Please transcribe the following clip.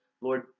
Lord